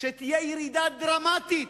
שתהיה ירידה דרמטית